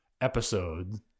episodes